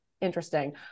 interesting